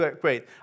great